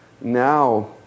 now